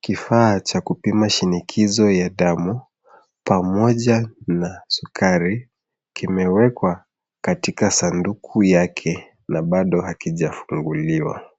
Kifaa cha kupima shinikizo ya damu pamoja na sukari kimewekwa katika sanduku yake na bado hakijafunguliwa.